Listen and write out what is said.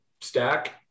stack